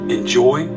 Enjoy